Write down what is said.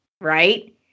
right